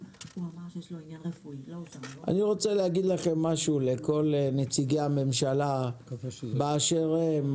אני רוצה להגיד משהו לכל נציגי הממשלה באשר הם,